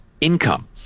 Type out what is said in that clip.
income